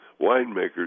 winemakers